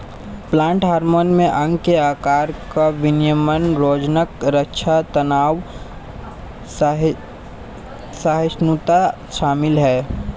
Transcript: plant hormone में अंग के आकार का विनियमन रोगज़नक़ रक्षा तनाव सहिष्णुता शामिल है